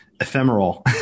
ephemeral